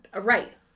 Right